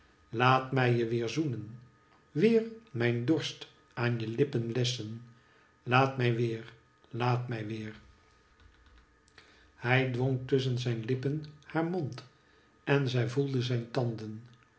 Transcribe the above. laat mij je weer zoenen weer mijn dorst aan je lippen lesschen laat mij weer laat mij weer hij dwong tusschen zijn lippen haar mond en zij voelde zijn canden